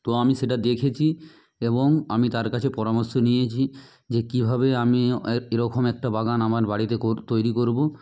তো আমি সেটা দেখেছি এবং আমি তার কাছে পরামর্শ নিয়েছি যে কীভাবে আমি এরকম একটা বাগান আমার বাড়িতে তৈরি করবো